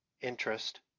interest